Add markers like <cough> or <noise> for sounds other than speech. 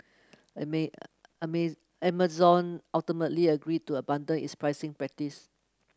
<unintelligible> Amazon ultimately agreed to abandon its pricing practice